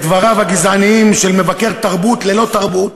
דבריו הגזעניים של מבקר תרבות ללא תרבות,